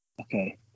Okay